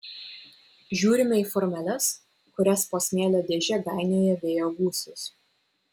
žiūrime į formeles kurias po smėlio dėžę gainioja vėjo gūsis